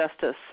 justice